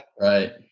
Right